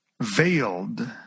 veiled